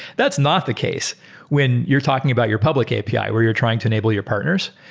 that's not the case when you're talking about your public api where you're trying to enable your partners.